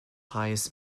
highest